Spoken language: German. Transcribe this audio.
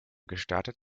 gestartet